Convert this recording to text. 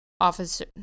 officer